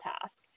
task